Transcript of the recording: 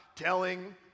Telling